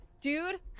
Dude